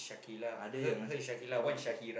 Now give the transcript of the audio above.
ada yang ajak like got people